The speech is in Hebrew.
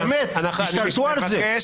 לא, די, תשתלטו על זה,